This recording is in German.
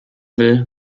will